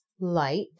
light